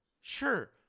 sure